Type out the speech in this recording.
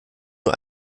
nur